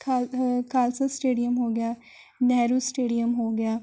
ਖਾਲ ਖਾਲਸਾ ਸਟੇਡੀਅਮ ਹੋ ਗਿਆ ਨਹਿਰੂ ਸਟੇਡੀਅਮ ਹੋ ਗਿਆ